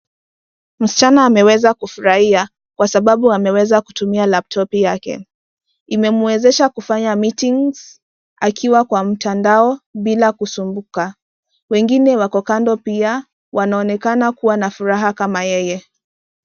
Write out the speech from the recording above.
Msichana ameweza kufurahia kwa sababu ameweza kutumia laptop yake imewezesha kufanya meeting akiwa kwa mtandao bila kusumbuka. Wengine wako kando pia wanaonekana kuwa na furaha kama yeye.